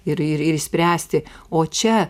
ir ir ir spręsti o čia